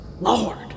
Lord